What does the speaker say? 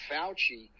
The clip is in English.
Fauci